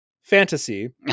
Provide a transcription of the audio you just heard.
fantasy